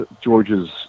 George's